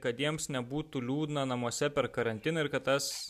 kad jiems nebūtų liūdna namuose per karantiną ir kad tas